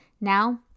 Now